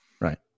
Right